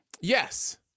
Yes